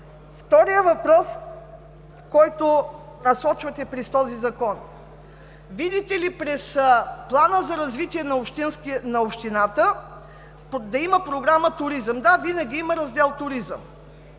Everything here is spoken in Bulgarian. Вторият въпрос, който насочвате през този закон. Видите ли, през Плана за развитие на общината да има програма „Туризъм“ – да, винаги има Раздел „Туризъм“,